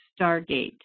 Stargate